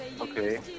Okay